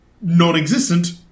non-existent